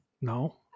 No